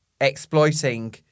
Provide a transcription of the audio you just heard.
exploiting